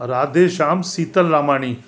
Radhe Shyam Sital Ramani